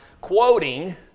quoting